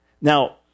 Now